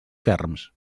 ferms